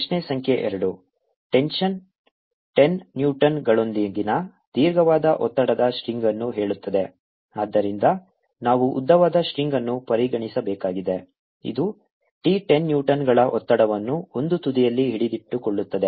ಪ್ರಶ್ನೆ ಸಂಖ್ಯೆ 2 ಟೆನ್ಷನ್ 10 ನ್ಯೂಟನ್ಗಳೊಂದಿಗಿನ ದೀರ್ಘವಾದ ಒತ್ತಡದ ಸ್ಟ್ರಿಂಗ್ ಅನ್ನು ಹೇಳುತ್ತದೆ ಆದ್ದರಿಂದ ನಾವು ಉದ್ದವಾದ ಸ್ಟ್ರಿಂಗ್ ಅನ್ನು ಪರಿಗಣಿಸಬೇಕಾಗಿದೆ ಇದು T 10 ನ್ಯೂಟನ್ಗಳ ಒತ್ತಡವನ್ನು ಒಂದು ತುದಿಯಲ್ಲಿ ಹಿಡಿದಿಟ್ಟುಕೊಳ್ಳುತ್ತದೆ